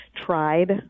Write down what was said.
tried